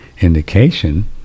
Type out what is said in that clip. indication